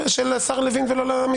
כאשר יש מחלוקת עם דבריי, נא לרשום הערות.